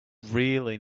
really